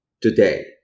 today